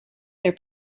their